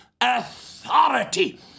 authority